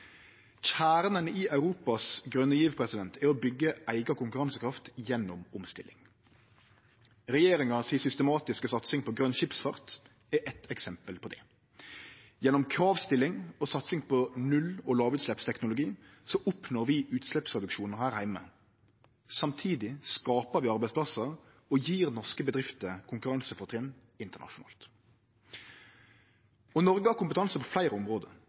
Kjernen i Europas grøne giv er å byggje eiga konkurransekraft gjennom omstilling. Regjeringas systematiske satsing på grøn skipsfart er eitt eksempel på det. Gjennom kravstilling og satsing på null- og lågutsleppsteknologi oppnår vi utsleppsreduksjonar her heime. Samtidig skapar vi arbeidsplassar og gjev norske bedrifter konkurransefortrinn internasjonalt. Noreg har kompetanse på fleire område